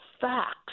facts